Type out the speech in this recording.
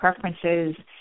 preferences